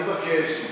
אני מבקש.